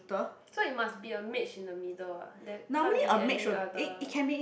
so it must be a mage in the middle ah there can't be any other